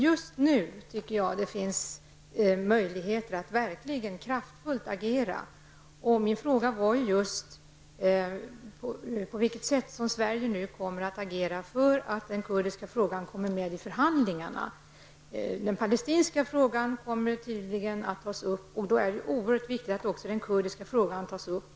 Just nu finns det enligt min mening möjligheter att agera verkligt kraftfullt. Min fråga gällde på vilket sätt Sverige kommer att agera för att den kurdiska frågan skall komma upp vid förhandlingarna. Den palestinska frågan kommer tydligen att tas upp och då är det ju oerhört viktigt att även den kurdiska tas upp.